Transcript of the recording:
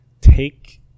take